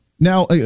Now